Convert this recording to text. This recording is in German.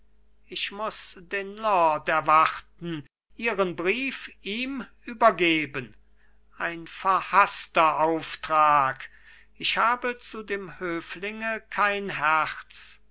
ich muß den lord erwarten ihren brief ihm übergeben ein verhaßter auftrag ich habe zu dem höflinge kein herz